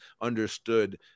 understood